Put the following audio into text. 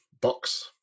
box